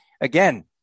again